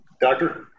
Doctor